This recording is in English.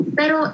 pero